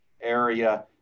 area